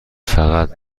فقط